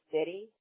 city